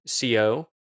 CO